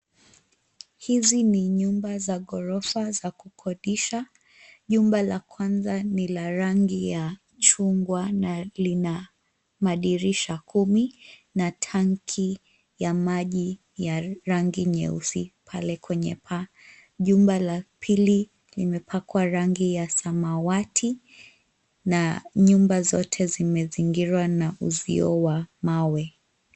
Hizi ni nyumba za ghorofa za kukodisha. Jumba la kwanza ni la rangi ya chungwa na lina madirisha kumi na tanki ya maji ya rangi nyeusi pale kwenye paa. Jumba la pili limepakwa rangi ya samawati na nyumba zote zimezingirwa na uzio wa mawe.